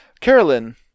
Carolyn